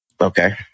Okay